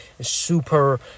super